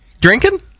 Drinking